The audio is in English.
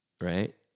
Right